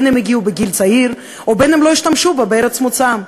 הגיעו בגיל צעיר או שלא השתמשו בה בארץ מוצאם.